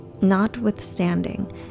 notwithstanding